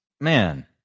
Man